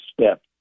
step